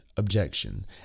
objection